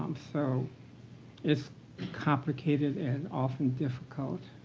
um so it's complicated and often difficult.